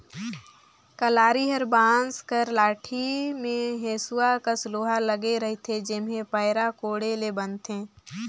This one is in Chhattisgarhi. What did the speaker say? कलारी हर बांस कर लाठी मे हेसुवा कस लोहा लगे रहथे जेम्हे पैरा कोड़े ले बनथे